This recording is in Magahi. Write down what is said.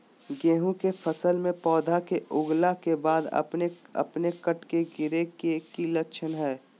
गेहूं के फसल में पौधा के उगला के बाद अपने अपने कट कट के गिरे के की लक्षण हय?